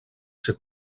ser